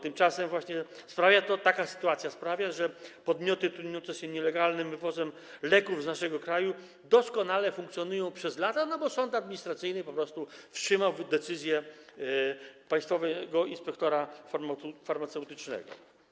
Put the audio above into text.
Tymczasem właśnie taka sytuacja sprawia, że podmioty trudniące się nielegalnym wywozem leków z naszego kraju doskonale funkcjonują przez lata, bo sąd administracyjny po prostu wstrzymał decyzję Państwowego Inspektora Farmaceutycznego.